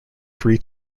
three